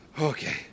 Okay